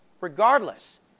regardless